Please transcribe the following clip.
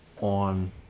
on